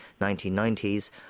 1990s